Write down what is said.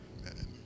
Amen